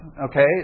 okay